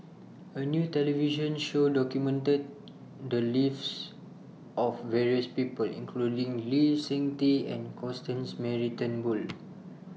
A New television Show documented The Lives of various People including Lee Seng Tee and Constance Mary Turnbull